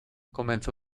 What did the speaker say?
comenzó